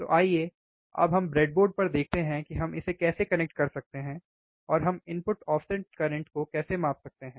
तो आइए अब हम ब्रेडबोर्ड पर देखते हैं कि हम इसे कैसे कनेक्ट कर सकते हैं और हम इनपुट ऑफसेट को कैसे माप सकते हैं